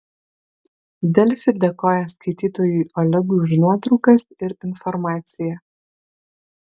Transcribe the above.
delfi dėkoja skaitytojui olegui už nuotraukas ir informaciją